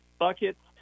buckets